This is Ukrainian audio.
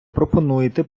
пропонуєте